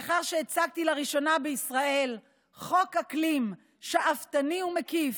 לאחר שהצגתי לראשונה בישראל חוק אקלים שאפתני ומקיף,